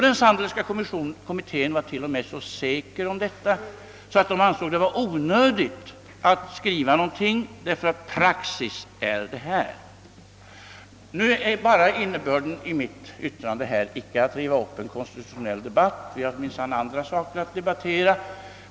Den Sandlerska kommittén var t.o.m. så säker på sin sak att utredningen ansåg det vara onödigt att skriva något om det, när praxis är sådan den är. Avsikten med detta mitt yttrande är som sagt inte att nu riva upp en konstitutionell debatt. Vi har sannerligen andra saker att debattera.